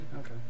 Okay